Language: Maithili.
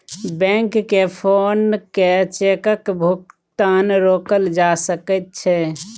बैंककेँ फोन कए चेकक भुगतान रोकल जा सकै छै